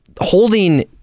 holding